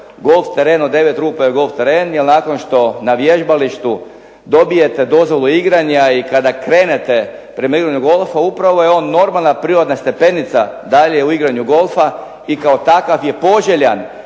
Golf teren od 9 rupa je golf teren, jer nakon što na vježbalištu dobijete dozvolu igranja i kada krenete prema igranju golfa upravo je on normalna prirodna stepenica dalje u igranju golfa i kao takav je poželjan